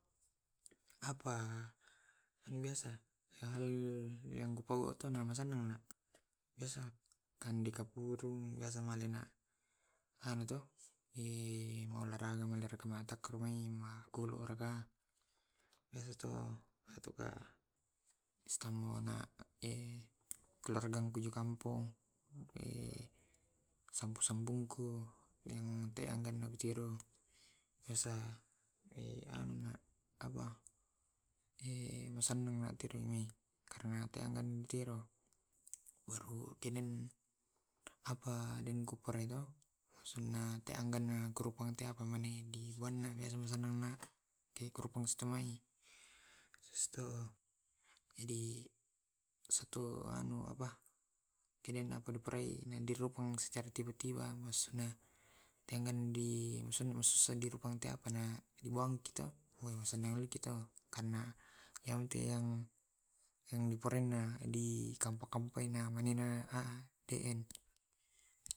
Apa biasa hal yang kupau tumasanneng nak biasa kande kapurung biasa malenak anu to maolahraga tumai magoloraka, biasa tu atauka stamona kuolarangku dikampong sampu sambungku teanggannai ciro biasa anu apa, musannanga tidur mi karna mukiro baru kenon apa denggu to asenna teangganna maneapani masennang ke grub manustumai. Estu edi setu anu apa kenenna dekupurai dirupang secara tiba tiba tengan ri musim pea tea pana dibuangki to karena yang, yang diparenna dikampak kampai kampain adeen.